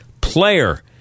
player